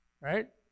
Right